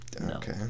okay